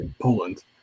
Poland